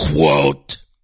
quote